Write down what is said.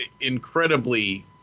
incredibly